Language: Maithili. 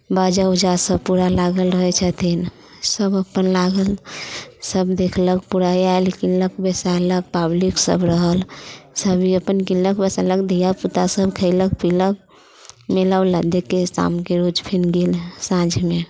बाजा उजा सब पूरा लागल रहै छथिन सब अपन लागल सब देखलक पूरा आयल कीनलक बैसाहलक पब्लिक सब रहल सब अपन कीनलक बैसेाहलक धिया पूता सब खयलक पीलक मेला ओला देख के शामके रोज फिन गेल साँझमे